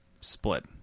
Split